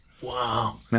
Wow